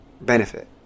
benefit